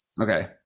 okay